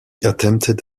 attempted